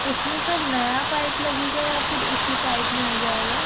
اس میں سر نیا پائپ لگے گا یا پھر اسی پائپ میں ہو جائے گا